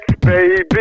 baby